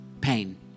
pain